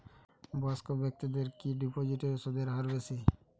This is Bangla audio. বয়স্ক ব্যেক্তিদের কি ডিপোজিটে সুদের হার বেশি?